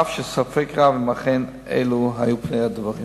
אף שספק רב אם אכן אלו היו פני הדברים.